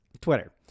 Twitter